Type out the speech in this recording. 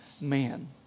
man